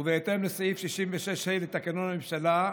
ובהתאם לסעיף 66ה' לתקנון הממשלה,